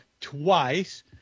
twice